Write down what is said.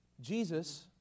Jesus